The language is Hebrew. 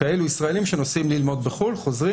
ישראלים שנוסעים ללמוד בחו"ל וחוזרים